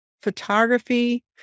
photography